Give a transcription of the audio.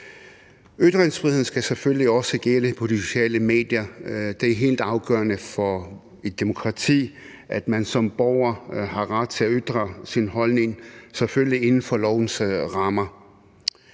Ytringsfriheden skal selvfølgelig også gælde på de sociale medier. Det er helt afgørende i et demokrati, at man som borger har ret til at ytre sin holdning, selvfølgelig inden for lovens rammer.